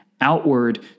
outward